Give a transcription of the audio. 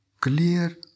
Clear